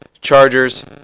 Chargers